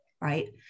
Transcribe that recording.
Right